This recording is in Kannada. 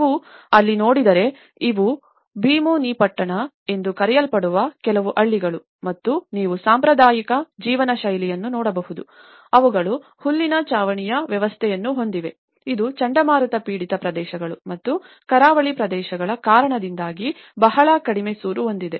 ನೀವು ಅಲ್ಲಿ ನೋಡಿದರೆ ಇವು ಭೀಮುನಿಪಟ್ಟಣ ಎಂದು ಕರೆಯಲ್ಪಡುವ ಕೆಲವು ಹಳ್ಳಿಗಳು ಮತ್ತು ನೀವು ಸಾಂಪ್ರದಾಯಿಕ ಜೀವನ ಶೈಲಿಯನ್ನು ನೋಡಬಹುದು ಅವುಗಳು ಹುಲ್ಲಿನ ಛಾವಣಿಯ ವ್ಯವಸ್ಥೆಯನ್ನು ಹೊಂದಿವೆ ಇದು ಚಂಡಮಾರುತ ಪೀಡಿತ ಪ್ರದೇಶಗಳು ಮತ್ತು ಕರಾವಳಿ ಪ್ರದೇಶಗಳ ಕಾರಣದಿಂದಾಗಿ ಬಹಳ ಕಡಿಮೆ ಸೂರು ಹೊಂದಿದೆ